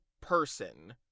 person